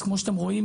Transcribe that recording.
(באמצעות מצגת) אז כמו שאתם רואים,